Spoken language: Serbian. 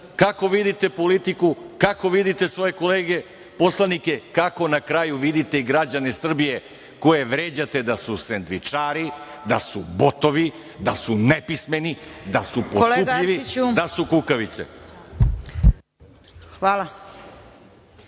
kako vidite politiku, kako vidite svoje kolege poslanike, kako na kraju vidite i građane Srbije koje vređate da su sendvičari, da su botovi, da su nepismeni, da su potkupljivi, da su kukavice.